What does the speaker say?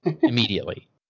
immediately